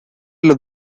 los